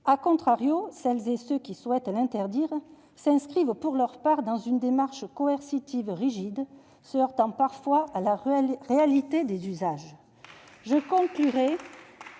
emparer., celles et ceux qui souhaitent l'interdire s'inscrivent dans une démarche coercitive rigide, se heurtant parfois à la réalité des usages. Tout